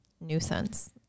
nuisance